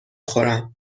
خورم